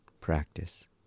practice